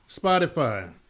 Spotify